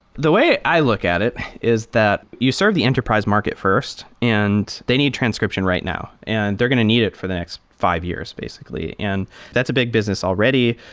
the way i look at it is that you serve the enterprise market first, and they need transcription right now and they're going to need it for the next five years, basically. and that's a big business already.